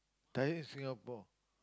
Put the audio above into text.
tired Singapore